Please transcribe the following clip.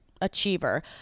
achiever